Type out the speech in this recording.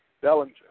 Bellinger